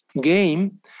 game